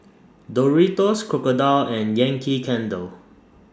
Doritos Crocodile and Yankee Candle